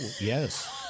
yes